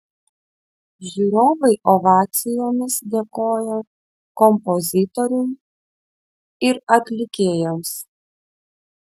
žiūrovai ovacijomis dėkojo kompozitoriui ir atlikėjams